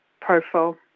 profile